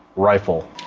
rifle.